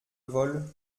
vol